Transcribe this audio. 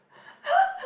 [huh]